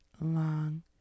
long